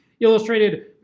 Illustrated